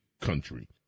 country